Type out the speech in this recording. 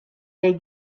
they